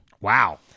Wow